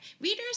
Readers